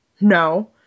No